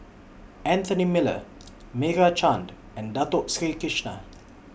Anthony Miller Meira Chand and Dato Sri Krishna